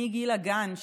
מגיל הגן,